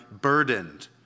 burdened